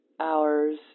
hours